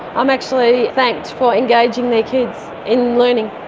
i'm actually thanked for engaging their kids in learning,